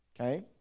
okay